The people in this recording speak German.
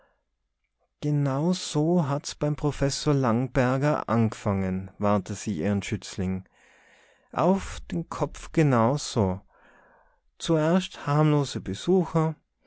so hat's beim brofessor langeberjer aagefange warnte sie ihren schützling uff de kopp genau so zuehrscht harmlose besuchercher